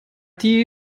die